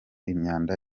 imyanda